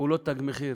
פעולות "תג מחיר",